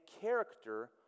character